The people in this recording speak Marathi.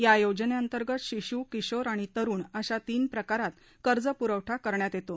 या योजनेअंतर्गत शिशू किशोर आणि तरूण अशा तीन प्रकारात कर्ज पुरवठा करण्यात येतो